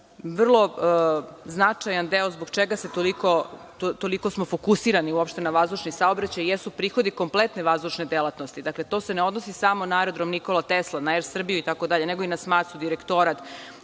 značajan deo zbog čega smo toliko fokusirani uopšte na vazdušni saobraćaj jesu prihodi kompletne vazdušne delatnosti. Dakle, to se ne odnosi samo na aerodrom „Nikola Tesla“, na Er Srbiju, itd, nego i na SMATS direktorat